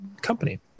company